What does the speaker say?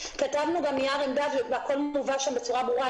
כתבנו גם נייר עמדה והכול מובא שם בצורה ברורה.